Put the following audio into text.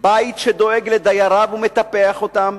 בית שדואג לדייריו ומטפח אותם,